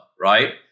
right